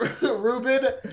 Ruben